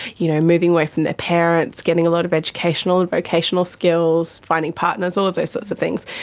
you know moving away from their parents, getting a lot of educational and vocational skills, finding partners, all of those sorts of things.